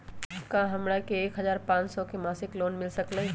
का हमरा के एक हजार पाँच सौ के मासिक लोन मिल सकलई ह?